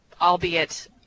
albeit